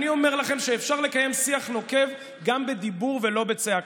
אני אומר לכם שאפשר לקיים שיח נוקב גם בדיבור ולא בצעקה.